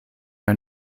are